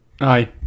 Aye